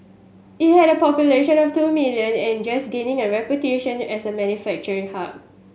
it had a population of two million and just gaining a reputation as a manufacturing hub